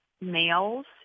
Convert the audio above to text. males